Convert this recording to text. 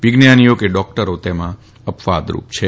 વિજ્ઞાનીઓ કે ડોક્ટરો તેમાં અપવાદ છે